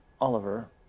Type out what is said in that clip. Oliver